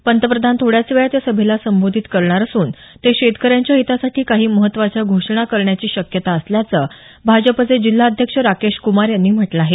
पंतप्रधान थोड्याच वेळात या सभेला संबोधित करणार असून ते शेतकऱ्यांच्या हितासाठी काही महत्वाच्या घोषणा करण्याची शक्यता असल्याचं भाजपचे जिल्हा अध्यक्ष राकेश कुमार यांनी म्हटलं आहे